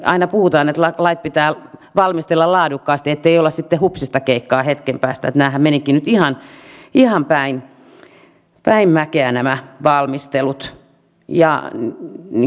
aina puhutaan että lait pitää valmistella laadukkaasti ettei olla sitten hetken päästä että hupsistakeikkaa nämä valmisteluthan menivätkin nyt ihan päin mäkeä